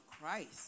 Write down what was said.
Christ